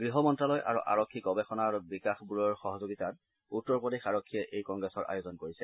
গৃহ মন্ত্ৰালয় আৰু আৰক্ষী গৱেষণা আৰু বিকাশ ব্যুৰৰ সহযোগিতাত উত্তৰ প্ৰদেশ আৰক্ষীয়ে এই কংগ্ৰেছৰ আয়োজন কৰিছে